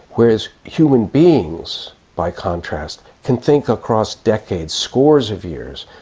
whereas human beings, by contrast, can think across decades, scores of years.